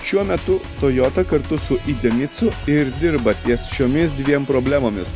šiuo metu toyota kartu su idenitsu ir dirba ties šiomis dviem problemomis